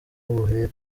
bahera